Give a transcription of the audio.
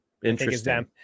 interesting